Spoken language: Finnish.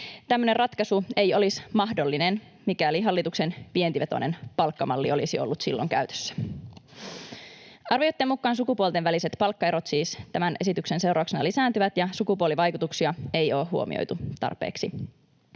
Tämmöinen ratkaisu ei olisi mahdollinen, mikäli hallituksen vientivetoinen palkkamalli olisi ollut silloin käytössä. Arvioitten mukaan sukupuolten väliset palkkaerot siis tämän esityksen seurauksena lisääntyvät ja sukupuolivaikutuksia ei ole huomioitu tarpeeksi.